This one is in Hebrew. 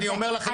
אני אומר לכם,